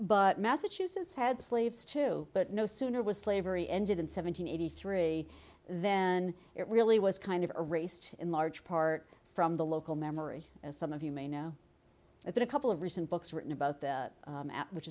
but massachusetts had slaves too but no sooner was slavery ended in seven hundred eighty three than it really was kind of erased in large part from the local memory as some of you may know it but a couple of recent books written about this which